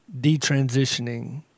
detransitioning